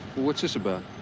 what's this about?